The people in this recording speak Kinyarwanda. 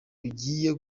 bigiye